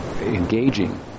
engaging